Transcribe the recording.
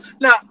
Now